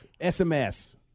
SMS